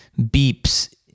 beeps